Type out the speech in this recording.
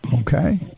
Okay